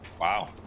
Wow